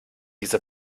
diese